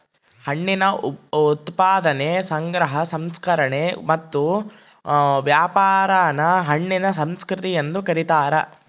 ಹಣ್ಣಿನ ಉತ್ಪಾದನೆ ಸಂಗ್ರಹ ಸಂಸ್ಕರಣೆ ಮತ್ತು ವ್ಯಾಪಾರಾನ ಹಣ್ಣಿನ ಸಂಸ್ಕೃತಿ ಎಂದು ಕರೀತಾರ